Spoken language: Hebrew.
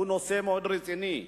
הוא נושא מאוד רציני.